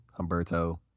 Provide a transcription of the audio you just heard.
Humberto